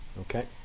Okay